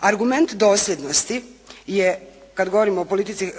Argument dosljednosti je kad govorimo o politici